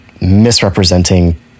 misrepresenting